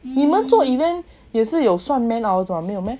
你们做 event 也是有算 man hours what 没有 meh